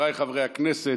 חבריי חברי הכנסת,